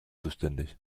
zuständig